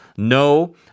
No